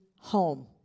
home